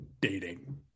dating